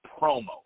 promo